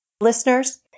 Listeners